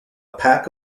pack